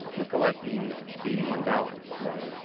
we're collecting eighty one dollars. right.